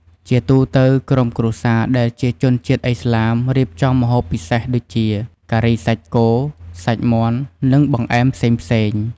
ជាទូទៅ ក្រុមគ្រួសារដែលជាជនជាតិឥស្លាម រៀបចំម្ហូបពិសេសដូចជា ការីសាច់គោ សាច់មាន់ និងបង្អែមផ្សេងៗ។